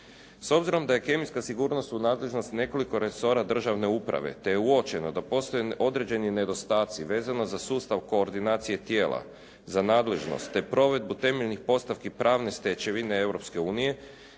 S obzirom da je kemijska sigurnost u nadležnosti nekoliko resora državne uprave te je uočeno da postoje određeni nedostaci vezano za sustav koordinacije tijela za nadležnost te provedbu temeljnih postavki pravne stečevine